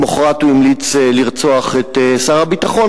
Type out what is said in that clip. למחרת הוא המליץ לרצוח את שר הביטחון,